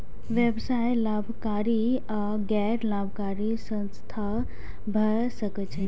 व्यवसाय लाभकारी आ गैर लाभकारी संस्था भए सकै छै